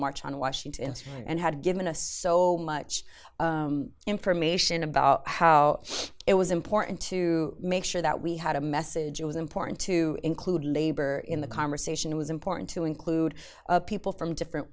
march on washington and had given us so much information about how it was important to make sure that we had a message it was important to include labor in the conversation it was important to include people from different